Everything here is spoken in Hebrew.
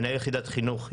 מנהל יחידת חינוך,